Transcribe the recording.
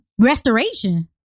restoration